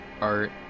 Art